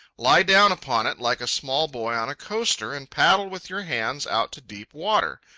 lie down upon it like a small boy on a coaster and paddle with your hands out to deep water,